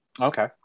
Okay